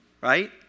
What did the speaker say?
right